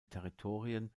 territorien